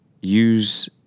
Use